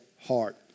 heart